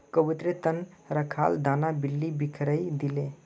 कबूतरेर त न रखाल दाना बिल्ली बिखरइ दिले